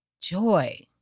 joy